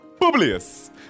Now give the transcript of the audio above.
Publius